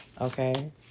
okay